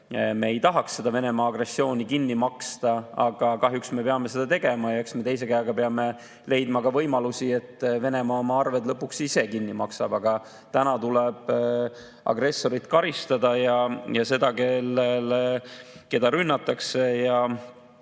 me ei tahaks Venemaa agressiooni kinni maksta, aga kahjuks me peame seda tegema ja eks me teise käega peame leidma ka võimalusi, et Venemaa oma arved lõpuks ise kinni maksab. Aga agressorit tuleb karistada ja seda, keda rünnatakse ja